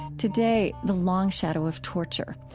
today, the long shadow of torture.